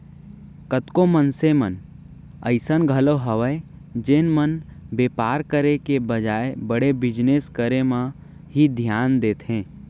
कतको मनसे मन अइसन घलौ हवय जेन मन बेपार करे के बजाय बड़े बिजनेस करे म ही धियान देथे